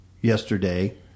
yesterday